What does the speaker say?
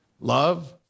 love